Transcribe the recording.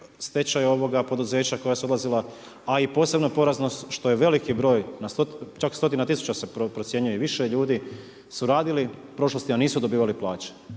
stečaj ovoga poduzeća koja su odlazila a i posebna poraznost, što je veliki broj čak stotina tisuća se procjenjuje i više ljudi, su radili u prošlosti a nisu dobivali plaće.